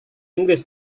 inggris